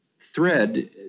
thread